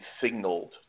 signaled